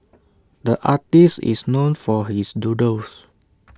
the artist is known for his doodles